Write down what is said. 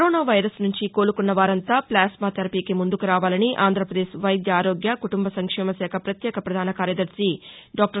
corona virus నుంచి కోలుకున్నవారంతా plasma థెరపీకి ముందుకు రావాలని ఆంధ్రప్రదేశ్ వైద్య ఆరోగ్య కుటుంబ సంక్షేమ శాఖ పత్యేక ప్రధాన కార్యదర్శి డాక్టర్